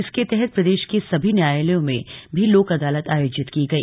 इसके तहत प्रदेश के सभी न्यायालयों में भी लोक अदालत आयोजित की गई